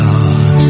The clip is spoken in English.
God